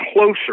closer